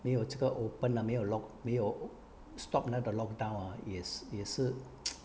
没有这个 open ah 没有 lock 没有 stop another lock down ah 也是也是